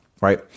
right